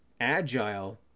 agile